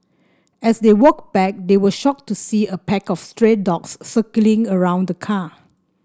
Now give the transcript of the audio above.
as they walked back they were shocked to see a pack of stray dogs circling around the car